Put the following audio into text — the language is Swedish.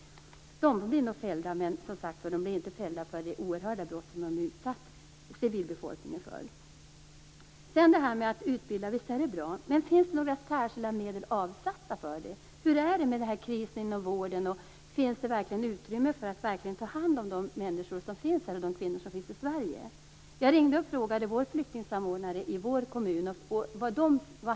De blir nog fällda. Men, som sagt, de blir inte fällda för de oerhörda brott som de har utsatt civilbefolkningen för. Så till frågan om utbildning. Visst är det bra. Men finns det några särskilda medel avsatta för det? Hur är det med krisen inom vården? Finns det verkligen utrymme för att ta hand om de människor, de kvinnor, som finns här i Sverige? Jag ringde flyktingsamordnaren i min kommun.